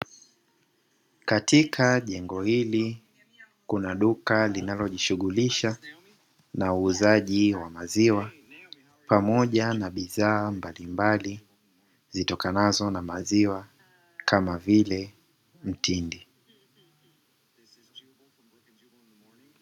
Katika jengo hili kuna duka linalojishughulisha na uuzaji wa maziwa pamoja na bidhaa mbalimbali zitokanazo na maziwa kama vile mtindi.